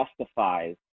justifies